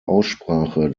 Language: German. aussprache